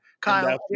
Kyle